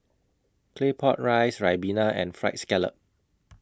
Claypot Rice Ribena and Fried Scallop